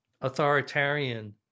authoritarian